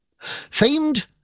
Famed